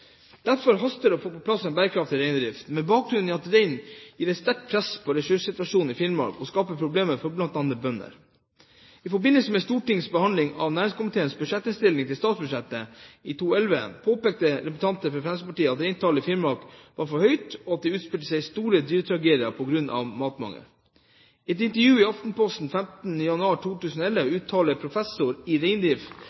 Derfor haster det å få på plass en bærekraftig reindrift, med bakgrunn i at rein gir et sterkt press på ressurssituasjonen i Finnmark og skaper problemer for bl.a. bønder. I forbindelse med Stortingets behandling av næringskomiteens innstilling til statsbudsjettet for 2011 påpekte representanter fra Fremskrittspartiet at reintallet i Finnmark var for høyt, og at det utspilte seg store dyretragedier på grunn av matmangel. I et intervju med Aftenposten 15. januar 2011